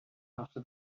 after